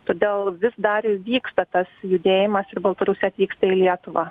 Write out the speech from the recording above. todėl vis dar vyksta tas judėjimas ir baltarusiai atvyksta į lietuvą